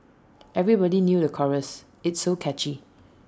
everybody knew the chorus it's so catchy